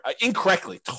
incorrectly